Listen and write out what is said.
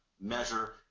measure